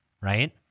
Right